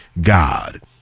God